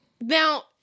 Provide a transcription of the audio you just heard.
Now